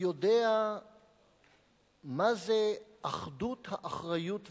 יודע מה זה אחדות האחריות והסמכות.